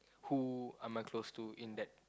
who am I close to in that